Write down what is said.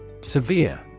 Severe